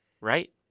right